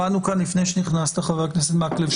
שמענו לפני שנכנסת, חבר הכנסת מקלב,